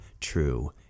true